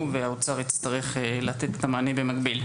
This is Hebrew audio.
והאוצר יצטרך לתת את המענה במקביל.